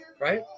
Right